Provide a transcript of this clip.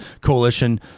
coalition